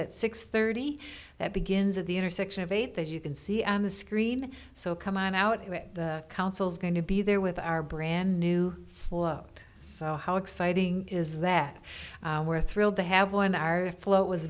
at six thirty that begins at the intersection of eight that you can see on the screen so come on out it counsels going to be there with our brand new flo so how exciting is that we're thrilled to have won our float was